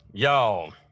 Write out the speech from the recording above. Y'all